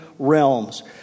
realms